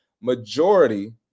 Majority